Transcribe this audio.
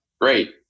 Great